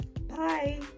Bye